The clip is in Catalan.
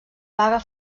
vaga